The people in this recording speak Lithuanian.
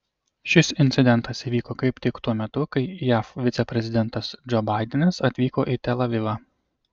šis incidentas įvyko kaip tik tuo metu kai jav viceprezidentas džo baidenas atvyko į tel avivą